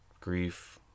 grief